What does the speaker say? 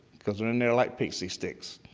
because they're in there like pixie stix.